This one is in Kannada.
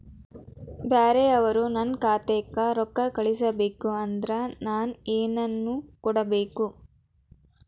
ಬ್ಯಾರೆ ಅವರು ನನ್ನ ಖಾತಾಕ್ಕ ರೊಕ್ಕಾ ಕಳಿಸಬೇಕು ಅಂದ್ರ ನನ್ನ ಏನೇನು ಕೊಡಬೇಕು?